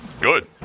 Good